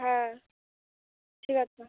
হ্যাঁ ঠিক আছে